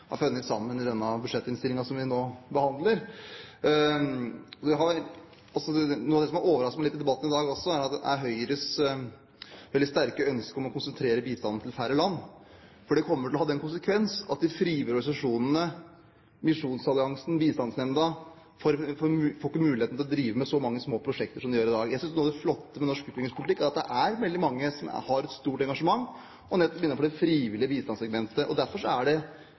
som har overrasket meg litt i debatten i dag, er Høyres sterke ønske om å konsentrere bistanden til færre land, for det kommer til å ha den konsekvens at de frivillige organisasjonene, Misjonsalliansen og Bistandsnemnda, ikke får mulighet til å drive med så mange små prosjekter som de gjør i dag. Jeg synes noe av det flotte med norsk utviklingspolitikk er at det er veldig mange som har et stort engasjement nettopp innenfor det frivillige bistandssegmentet. Derfor er det små og store prosjekter i mange land. Så jeg er interessert i å høre Kristelig Folkepartis vurdering av Høyres ønske om å konsentrere bistanden mot færre land når vi vet at det